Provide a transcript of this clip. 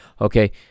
Okay